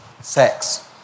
sex